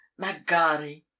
magari